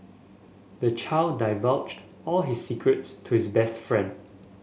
the child divulged all his secrets to his best friend